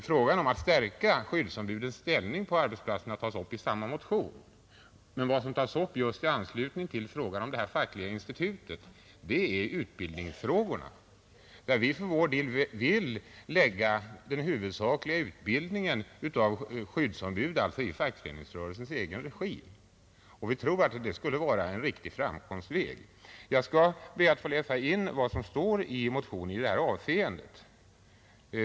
Frågan om att stärka skyddsombudens ställning på arbetsplatserna tas också upp i samma motion, men vad som särskilt behandlas just i anslutning till frågan om det fackliga institutet är utbildningsfrågorna, där vi för vår del alltså vill lägga den huvudsakliga utbildningen av skyddsombud i fackföreningsrörelsens egen regi. Vi tror nämligen att detta skulle vara en riktig framkomstväg. Jag skall be att till protokollet få läsa in vad som står i vår motion i det här avseendet.